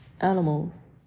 animals